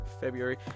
february